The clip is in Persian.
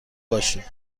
باشید